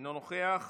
אינו נוכח,